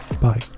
Bye